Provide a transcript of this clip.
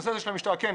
כן,